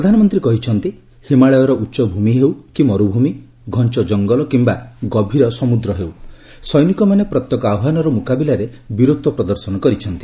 ପ୍ରଧାନମନ୍ତ୍ରୀ କହିଛନ୍ତି ହିମାଳୟର ଉଚ୍ଚଭୂମି ହେଉ କି ମରୁଭୂମି ଘଞ୍ଚ ଜଙ୍ଗଲ କିମ୍ବା ଗଭୀର ସମୁଦ୍ର ହେଉ ସୈନିକମାନେ ପ୍ରତ୍ୟେକ ଆହ୍ବାନର ମୁକାବିଲାରେ ବୀରତ୍ୱ ପ୍ରଦର୍ଶନ କରିଛନ୍ତି